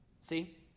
See